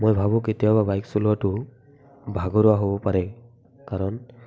মই ভাবোঁ কেতিয়াবা বাইক চলোৱাটো ভাগৰুৱা হ'ব পাৰে কাৰণ